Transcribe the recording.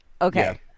okay